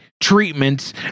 treatments